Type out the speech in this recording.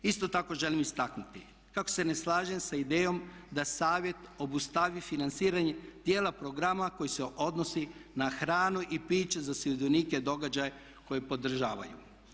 Isto tako želim istaknuti kako se ne slažem sa idejom da Savjet obustavi financiranje djela programa koji se odnosio na hranu i piće za sudionike događaja koji podržavaju.